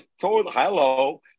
Hello